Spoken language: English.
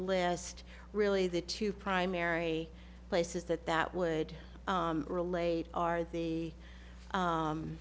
list really the two primary places that that would relate are the